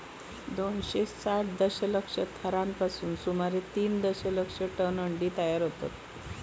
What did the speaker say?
दोनशे साठ दशलक्ष थरांपासून सुमारे तीन दशलक्ष टन अंडी तयार होतत